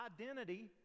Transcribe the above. identity